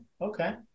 okay